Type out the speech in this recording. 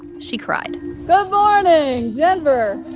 she cried good morning, denver